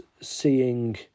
seeing